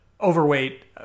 overweight